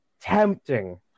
tempting